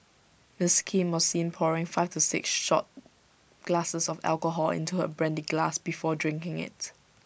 miss Kim was seen pouring five to six shot glasses of alcohol into her brandy glass before drinking IT